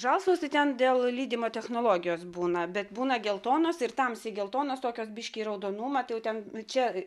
žalsvos tai ten dėl lydymo technologijos būna bet būna geltonos ir tamsiai geltonos tokios biškį į raudonumą tai jau ten čia